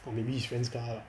or maybe he's friend's car lah